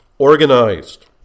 organized